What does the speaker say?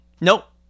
Nope